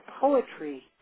poetry